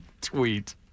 tweet